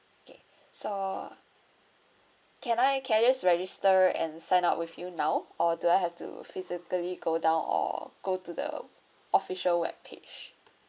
okay so can I can I just register and sign up with you now or do I have to physically go down or go to the official web page